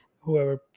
whoever